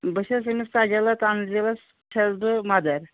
بہٕ چھس ییٚمِس تاجالہ تنزیٖلَس چھس بہٕ مَدَر